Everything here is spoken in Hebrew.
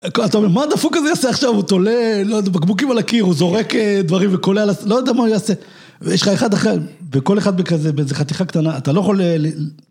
אתה אומר, מה הדפוק הזה יעשה עכשיו, הוא תולה, לא יודע, בקבוקים על הקיר, הוא זורק דברים וקולע, לא יודע מה הוא יעשה. ויש לך אחד אחר, וכל אחד בכזה, באיזו חתיכה קטנה, אתה לא יכול ל...